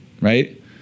right